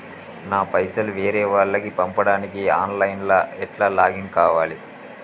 నా పైసల్ వేరే వాళ్లకి పంపడానికి ఆన్ లైన్ లా ఎట్ల లాగిన్ కావాలి?